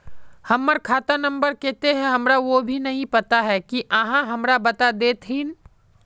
हमर खाता नम्बर केते है हमरा वो भी नहीं पता की आहाँ हमरा बता देतहिन?